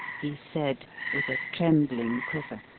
he said, with a trembling quiver,